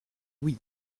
oui